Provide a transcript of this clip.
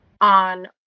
on